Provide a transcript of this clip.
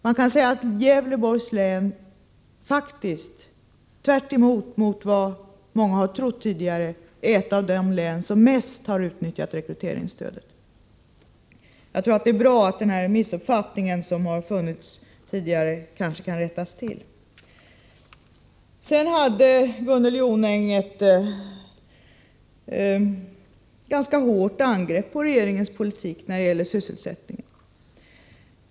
Man kan säga att Gävleborgs län faktiskt, tvärtemot vad många tidigare har trott, är ett av de län som har utnyttjat rekryteringsstödet mest. Jag tror att det är bra om den missuppfattning som fortfarande kan finnas kan rättas till. Gunnel Jonäng gjorde ett ganska hårt angrepp på regeringens politik när det gäller sysselsättningen.